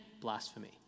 blasphemy